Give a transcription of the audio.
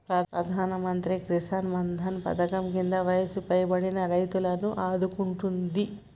ప్రధానమంత్రి కిసాన్ మాన్ ధన్ పధకం కింద వయసు పైబడిన రైతులను ఆదుకుంటుంది